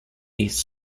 east